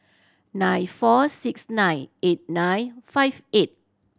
nine four six nine eight nine five eight